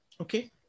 Okay